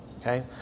Okay